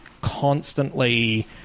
constantly